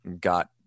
got